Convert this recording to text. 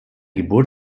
geburt